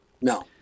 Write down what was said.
No